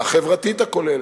החברתית הכוללת.